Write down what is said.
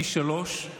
פי שלושה